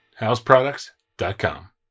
houseproducts.com